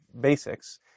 basics